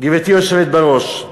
גברתי היושבת בראש,